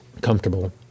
comfortable